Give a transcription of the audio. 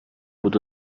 بود